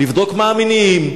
לבדוק מהם המניעים,